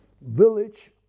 village